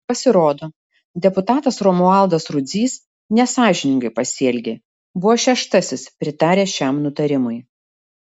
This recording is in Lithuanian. pasirodo deputatas romualdas rudzys nesąžiningai pasielgė buvo šeštasis pritaręs šiam nutarimui